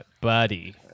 buddy